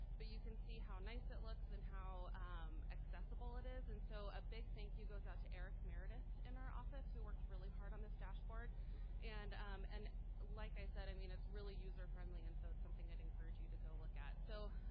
but you can see how nice it looks and how um accessible it is, and so a big thank you goes out to eric meredith in our office who worked really hard on this dashboard and um like like i said, i mean it's really user friendly and so it's something that encourage you to go look at. so